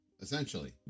Essentially